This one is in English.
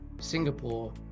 Singapore